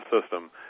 system